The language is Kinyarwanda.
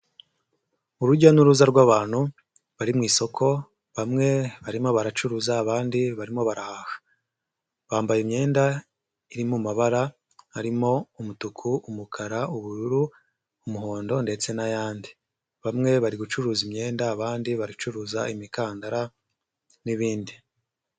Urujya n'uruza rw'abantu bari mu isoko bamwe barimo baracuruza abandi barimo baraha, bambaye imyenda iri mu mabara harimo umutuku, umukara, ubururu, umuhondo ndetse n'ayandi, bamwe bari gucuruza imyenda abandi baracuruza imikandara n'ibindi.